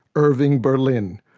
irving berlin,